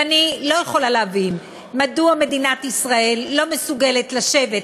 ואני לא יכולה להבין מדוע מדינת ישראל לא מסוגלת לשבת,